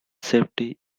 safety